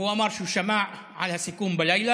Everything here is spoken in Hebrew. והוא אמר שהוא שמע על הסיכום בלילה,